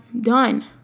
done